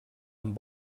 amb